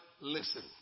listen